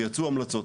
ויצאו המלצות.